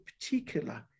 particular